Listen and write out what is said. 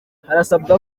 harasabwa